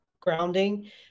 grounding